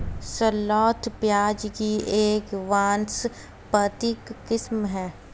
shallot प्याज़ की एक वानस्पतिक किस्म है